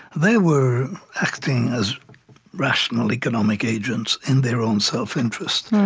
they were acting as rational economic agents in their own self-interest.